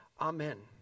Amen